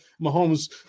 Mahomes